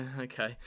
okay